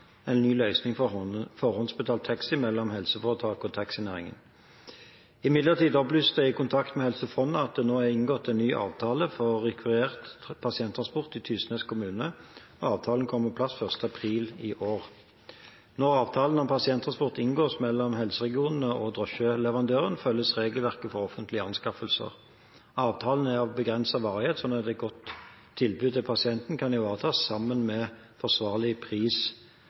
en ny løsning for forhåndsbetalt taxi mellom helseforetaket og taxinæringen. Imidlertid opplyses det i kontakt med Helse Fonna at det nå er inngått en ny avtale for rekvirert pasienttransport i Tysnes kommune. Avtalen kom på plass 1. april i år. Når avtaler om pasienttransport inngås mellom helseregioner og drosjeleverandører, følges regelverket for offentlige anskaffelser. Avtalene er av begrenset varighet, slik at et godt tilbud til pasienten kan ivaretas sammen med forsvarlig pris